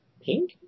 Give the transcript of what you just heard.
Pink